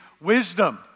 Wisdom